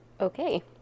Okay